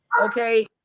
Okay